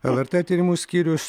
lrt tyrimų skyrius